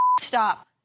stop